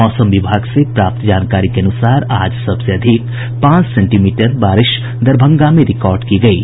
मौसम विभाग से प्राप्त जानकारी के अनुसार आज सबसे अधिक पांच सेंटीमीटर बारिश दरभंगा में रिकार्ड की गयी